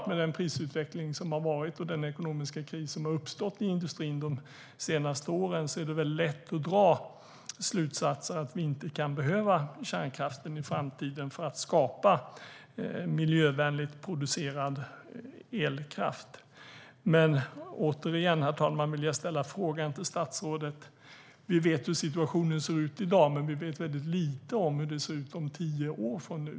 Med den prisutveckling och den ekonomiska kris som har varit i industrin under de senaste åren är det klart att det är lätt att dra slutsatsen att vi inte behöver kärnkraften i framtiden för att skapa miljövänligt producerad elkraft. Herr talman! Vi vet hur situationen ser ut i dag men vi vet mycket lite om hur det ser ut om tio år från nu.